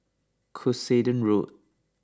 Cuscaden Road